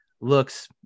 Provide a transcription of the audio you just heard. looks